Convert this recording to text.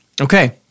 Okay